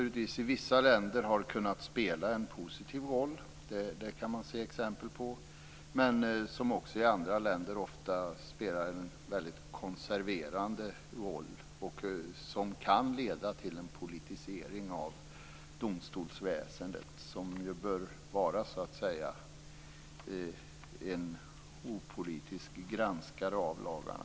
I vissa länder har en sådan i och för sig spelat en positiv roll - det finns det exempel på - men i andra länder har en sådan författningsdomstol en väldigt konserverande roll. Det kan också leda till en politisering av domstolsväsendet, som ju bör vara en opolitisk granskare av lagarna.